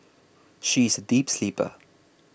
she is a deep sleeper